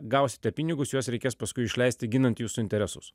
gausite pinigus juos reikės paskui išleisti ginant jūsų interesus